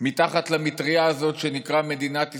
מתחת למטרייה הזאת שנקראת מדינת ישראל,